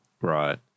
Right